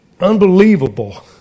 Unbelievable